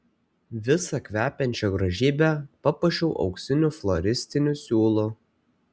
visą kvepiančią grožybę papuošiau auksiniu floristiniu siūlu